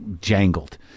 jangled